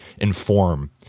inform